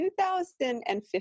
2015